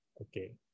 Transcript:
okay